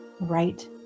right